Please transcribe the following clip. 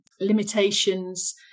limitations